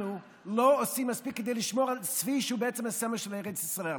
אנחנו לא עושים מספיק לשמור על צבי שהוא הסמל של ארץ ישראל.